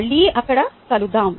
మళ్ళీ అక్కడ కలుద్దాం